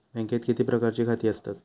बँकेत किती प्रकारची खाती असतत?